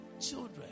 children